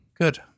good